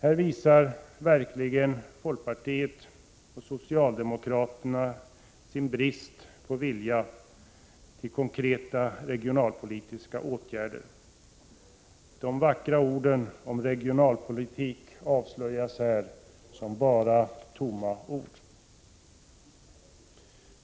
Här visar verkligen folkpartisterna och socialdemokraterna sin brist på vilja till konkreta regionalpolitiska åtgärder. De vackra orden om regionalpolitik avslöjas som bara tomma ord.